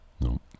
No